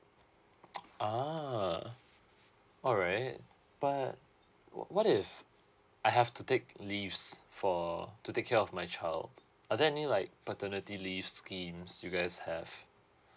ah alright but wh~ what if I have to take leaves for to take care of my child are there any like paternity leave schemes you guys have